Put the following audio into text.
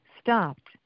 stopped